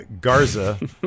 Garza